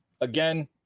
again